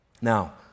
Now